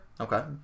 Okay